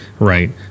Right